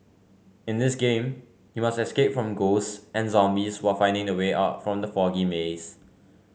in this game you must escape from ghosts and zombies while finding the way out from the foggy maze